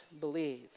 believe